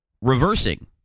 reversing